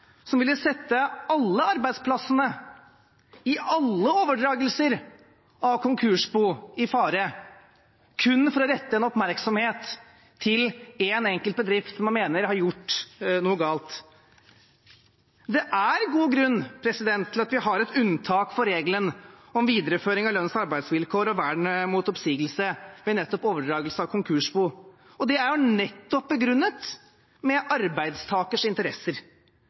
som ville sette alle arbeidsplassene i alle overdragelser av konkursbo i fare, kun for å rette oppmerksomhet mot én enkelt bedrift man mener har gjort noe galt. Det er en god grunn til at vi har et unntak fra regelen om videreføring av lønns- og arbeidsvilkår og vern mot oppsigelse ved nettopp overdragelse av konkursbo, og det er begrunnet med arbeidstakers interesser,